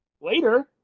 later